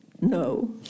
no